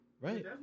right